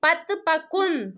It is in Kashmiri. پتہٕ پکُن